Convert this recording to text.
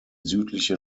südliche